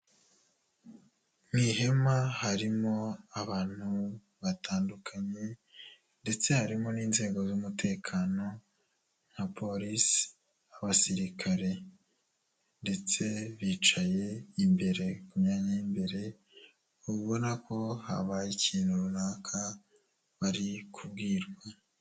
Mu ihema harimo abantu batandukanye ndetse harimo n'inzego z'umutekano, nka polisi, abasirikare ndetse bicaye imbere ku myanya y'imbere ubona ko habaye ikintu runaka bari kubwirwa.